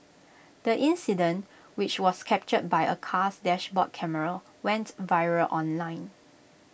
the incident which was captured by A car's dashboard camera went viral online